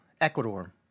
Ecuador